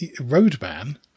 Roadman